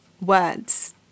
Words